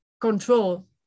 control